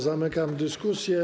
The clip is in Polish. Zamykam dyskusję.